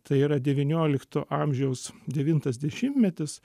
tai yra devyniolikto amžiaus devintas dešimtmetis